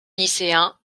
lycéen